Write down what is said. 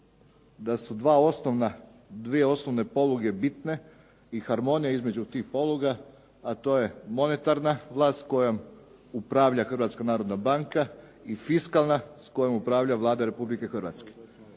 da su dvije osnovne poluge bitne i harmonija između tih poluga, a to je monetarna vlast kojom upravlja Hrvatska narodna banka i fiskalna s kojom upravlja Vlada Republike Hrvatske.